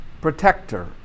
protector